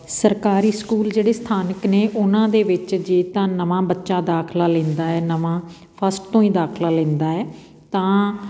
ਸਰਕਾਰੀ ਸਕੂਲ ਜਿਹੜੇ ਸਥਾਨਕ ਨੇ ਉਹਨਾਂ ਦੇ ਵਿੱਚ ਜੇ ਤਾਂ ਨਵਾਂ ਬੱਚਾ ਦਾਖਲਾ ਲੈਂਦਾ ਹੈ ਨਵਾਂ ਫਸਟ ਤੋਂ ਹੀ ਦਾਖਲਾ ਲੈਂਦਾ ਹੈ ਤਾਂ